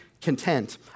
content